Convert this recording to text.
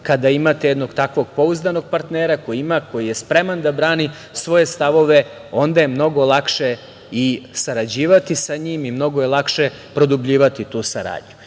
kada imate jednog takvog pouzdanog partnera koji ima, koji je spreman da brani svoje stavove, onda je mnogo lakše i sarađivati sa njim i mnogo je lakše produbljivati tu saradnju. Završiću